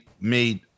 made